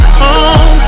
home